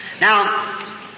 Now